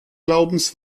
glaubens